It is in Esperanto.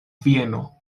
vieno